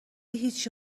هیچی